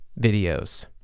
videos